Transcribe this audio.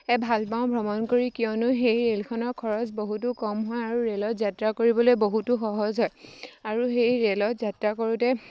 এ ভাল পাওঁ ভ্ৰমণ কৰি কিয়নো সেই ৰে'লখনৰ খৰচ বহুতো কম হয় আৰু ৰে'লত যাত্ৰা কৰিবলৈ বহুতো সহজ হয় আৰু সেই ৰে'লত যাত্ৰা কৰোঁতে